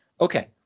okay